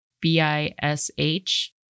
B-I-S-H